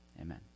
Amen